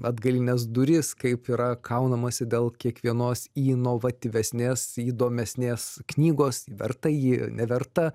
atgalines duris kaip yra kaunamasi dėl kiekvienos inovatyvesnės įdomesnės knygos verta ji neverta